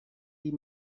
die